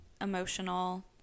emotional